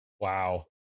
Wow